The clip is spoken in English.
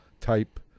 type